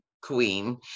queen